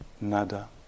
nada